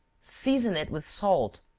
season it with salt,